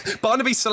Barnaby